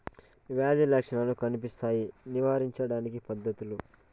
వ్యాధి లక్షణాలు కనిపిస్తాయి నివారించడానికి పద్ధతులు?